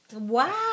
Wow